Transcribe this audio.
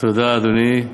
תודה, אדוני.